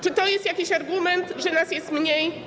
Czy to jest jakiś argument, że nas jest mniej?